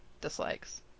dislikes